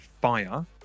FIRE